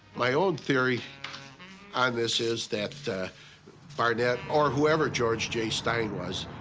my own theory on this is that barnett, or whoever george j. stein was,